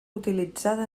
utilitzada